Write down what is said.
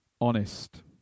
Honest